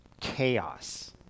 chaos